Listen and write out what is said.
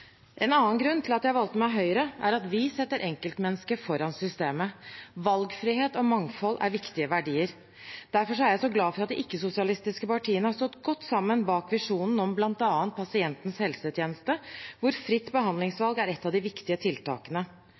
En annen grunn til at jeg valgte meg Høyre, er at vi setter enkeltmennesket foran systemet. Valgfrihet og mangfold er viktige verdier. Derfor er jeg så glad for at de ikke-sosialistiske partiene har stått godt sammen bak visjonen om bl.a. pasientens helsetjeneste – hvor fritt behandlingsvalg er ett av de viktige tiltakene